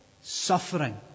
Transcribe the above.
suffering